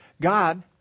God